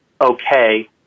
okay